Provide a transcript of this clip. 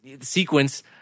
sequence